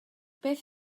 beth